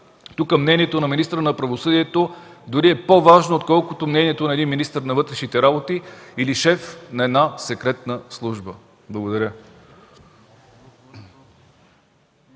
Тук мнението на министъра на правосъдието дори е по-важно, отколкото мнението на един министър на вътрешните работи или шеф на една секретна служба. Благодаря.